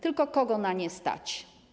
Tylko kogo na nie stać?